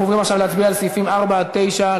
אנחנו עוברים עכשיו להצביע על סעיפים 4 9,